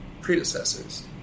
predecessors